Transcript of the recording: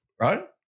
right